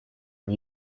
and